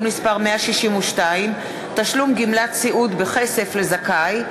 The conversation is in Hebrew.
מס' 162) (תשלום גמלת סיעוד בכסף לזכאי),